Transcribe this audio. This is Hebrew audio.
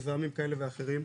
מזהמים כאלה ואחרים,